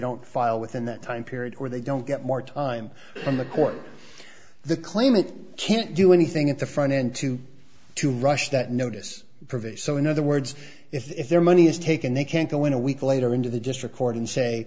don't file within that time period or they don't get more time in the court the claimant can't do anything at the front end to to rush that notice provision so in other words if their money is taken they can't go in a week later into the district court and say